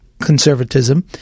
conservatism